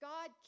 God